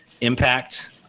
impact